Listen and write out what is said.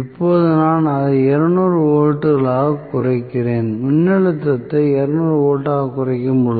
இப்போது நான் அதை 200 வோல்ட்டுகளாக குறைக்கிறேன் மின்னழுத்தத்தை 200 வோல்ட்டுகளாகக் குறைக்கும்போது